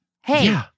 Hey